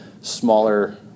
smaller